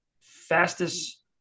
fastest